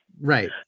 Right